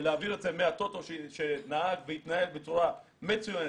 ולהעביר את זה מהטוטו שהתנהג בצורה מצוינת,